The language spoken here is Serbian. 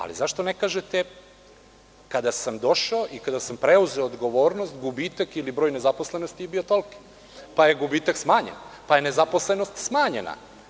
Ali, zašto ne kažete, kada sam došao i kada sam preuzeo odgovornost, gubitak ili broj nezaposlenosti je bio toliki, pa je gubitak smanjen, pa je nezaposlenost smanjena?